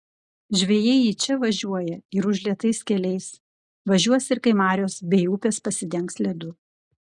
žvejai į čia važiuoja ir užlietais keliais važiuos ir kai marios bei upės pasidengs ledu